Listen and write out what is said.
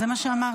זה מה שאמרתי.